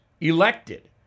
elected